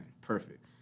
Perfect